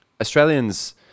Australians